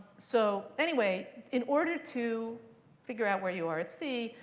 so anyway, in order to figure out where you are at sea,